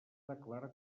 declarar